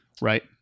Right